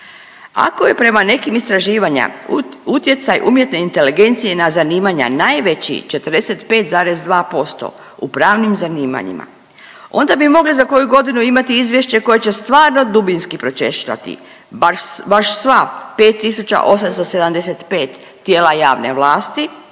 Ako je prema nekim istraživanja utjecaj umjetne inteligencije na zanimanja najveći 45,2% u pravnim zanimanjima, onda bi mogli za koju godinu imati izvješće koje će stvarno dubinski pročešljati baš, baš sva 5.875 tijela javne vlasti